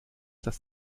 das